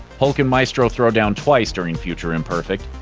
hulk and maestro throw down twice during future imperfect.